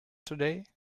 today